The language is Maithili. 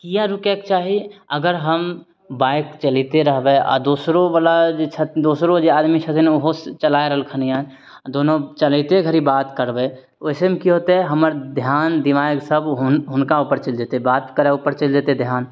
किए रकयके चाही अगर हम बाइक चलेते रहबै आ दोसरो बला दोसरो जे आदमी छथिन ओ चलाय रहलखिन हन आ दोनो चलेते घड़ी बात करबै ओहिसे मे की होतै हमर ध्यान दिमाग सब हुनका ऊपर चलि जेतै बात करय ऊपर चलि जेतै ध्यान